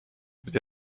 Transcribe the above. pidi